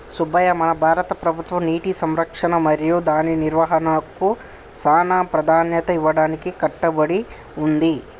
సుబ్బయ్య మన భారత ప్రభుత్వం నీటి సంరక్షణ మరియు దాని నిర్వాహనకు సానా ప్రదాన్యత ఇయ్యడానికి కట్టబడి ఉంది